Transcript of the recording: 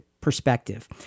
perspective